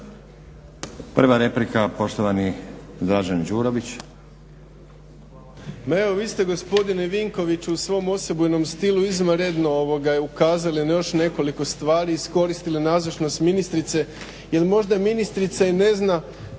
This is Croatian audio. Prva replika poštovani Dražen Đurović.